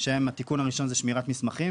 התיקון הראשון הוא שמירת מסמכים,